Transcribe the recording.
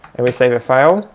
and we save the file,